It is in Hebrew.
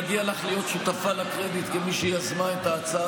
מגיע לך להיות שותפה לקרדיט כמי שיזמה את ההצעה